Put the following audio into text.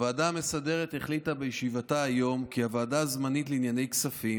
הוועדה המסדרת החליטה בישיבתה היום כי הוועדה הזמנית לענייני כספים